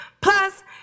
plus